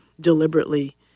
deliberately